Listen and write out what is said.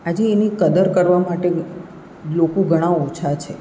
આજે એની કદર કરવા માટે લોકો ઘણાં ઓછા છે